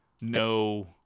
No